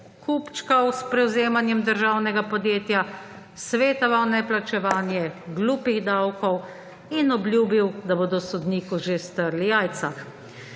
kupčkal s prevzemanjem državnega podjetja, svetoval neplačevanje glupih davkov in obljubil, da bodo sodniku že strli jajca.